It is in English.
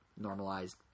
normalized